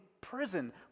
prison